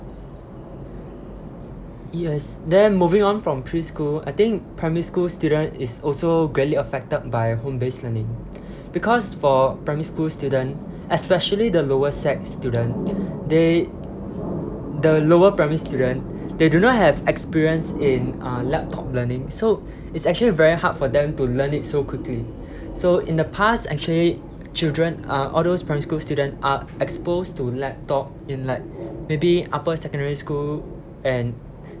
yes then moving on from preschool I think primary school student is also greatly affected by home-based learning because for primary school student especially the lower sec student they the lower primary student they do not have experience in uh laptop learning so it's actually very hard for them to learn it so quickly so in the past actually children uh all those primary school student are exposed to laptop in like maybe upper secondary school and